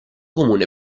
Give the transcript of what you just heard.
comune